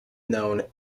known